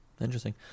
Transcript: Interesting